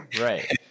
Right